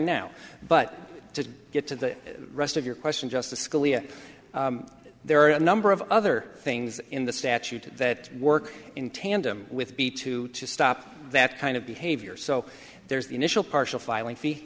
now but to get to the rest of your question justice scalia there are a number of other things in the statute that work in tandem with b to stop that kind of behavior so there's the initial partial filing fee